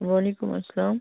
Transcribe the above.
وعلیکُم السلام